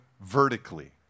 vertically